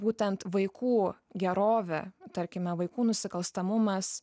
būtent vaikų gerovė tarkime vaikų nusikalstamumas